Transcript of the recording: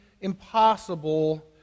impossible